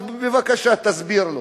אז בבקשה תסביר לו,